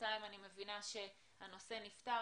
בינתיים אני מבינה שהנושא נפתר,